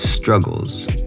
struggles